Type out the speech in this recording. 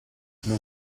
non